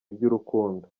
iby’urukundo